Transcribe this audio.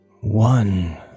one